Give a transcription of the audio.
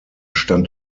stand